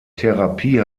therapie